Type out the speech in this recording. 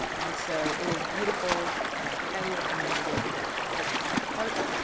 and so it is beautiful and i highly recommend you go visit it at harte.